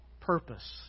purpose